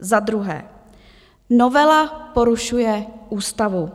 Za druhé, novela porušuje ústavu.